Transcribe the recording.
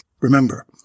Remember